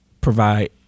provide